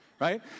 right